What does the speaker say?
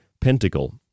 pentacle